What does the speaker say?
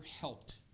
helped